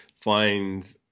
find